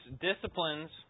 disciplines